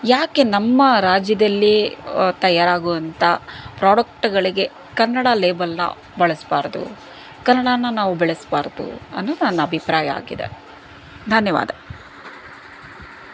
ಯಾಕೆ ನಮ್ಮ ರಾಜ್ಯದಲ್ಲೇ ತಯಾರಾಗುವಂಥ ಪ್ರಾಡಕ್ಟ್ಗಳಿಗೆ ಕನ್ನಡ ಲೇಬಲ್ನ ಬಳಸ್ಬಾರ್ದು ಕನ್ನಡನ ನಾವು ಬೆಳೆಸ್ಬಾರ್ದು ಅನ್ನೋದು ನನ್ನ ಅಭಿಪ್ರಾಯ ಆಗಿದೆ ಧನ್ಯವಾದ